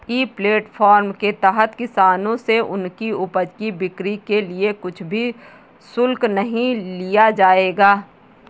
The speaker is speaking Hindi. ई प्लेटफॉर्म के तहत किसानों से उनकी उपज की बिक्री के लिए कुछ भी शुल्क नहीं लिया जाएगा